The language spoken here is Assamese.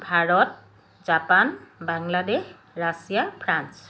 Bharat Japan Bangladesh Russia France